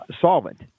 solvent